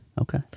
Okay